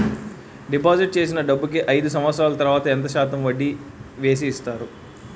Deposit చేసిన డబ్బుకి అయిదు సంవత్సరాల తర్వాత ఎంత శాతం వడ్డీ వేసి ఇస్తారు?